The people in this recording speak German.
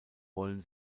wollen